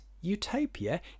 utopia